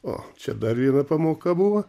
o čia dar viena pamoka buvo